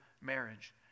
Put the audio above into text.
marriage